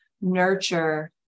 nurture